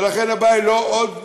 ולכן הבעיה היא לא עוד מגדלים,